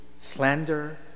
slander